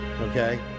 Okay